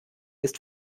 ist